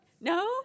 No